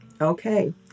Okay